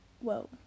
whoa